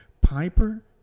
piper